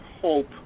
hope